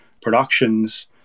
productions